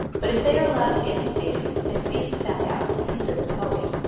but if they are allowed to get stiff their fins stand out and hinder the towing.